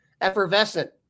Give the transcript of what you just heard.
effervescent